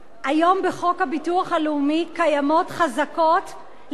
היום בחוק הביטוח הלאומי קיימות חזקות לעניין